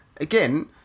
again